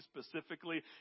specifically